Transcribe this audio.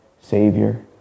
Savior